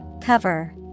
Cover